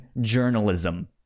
journalism